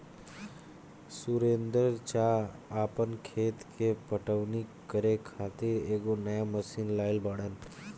सुरेंदर चा आपन खेत के पटवनी करे खातिर एगो नया मशीन लाइल बाड़न